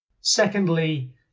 Secondly